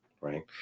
right